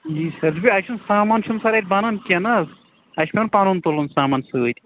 جی sir اَتہِ چھُنہٕ سامان چھُنہٕ سَر اَتہِ بنان کیٚنٛہہ نا حظ اَتہِ چھُ پیوان پَنُن تُلُن سامان سۭتۍ